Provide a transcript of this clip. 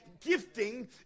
Gifting